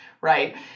right